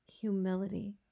humility